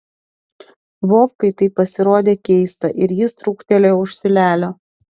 vovkai tai pasirodė keista ir jis trūktelėjo už siūlelio